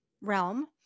realm